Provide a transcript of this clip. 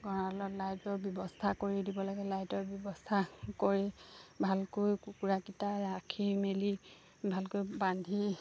গঁৰালত লাইটৰ ব্যৱস্থা কৰি দিব লাগে লাইটৰ ব্যৱস্থা কৰি ভালকৈ কুকুৰাকেইটা ৰাখি মেলি ভালকৈ বান্ধি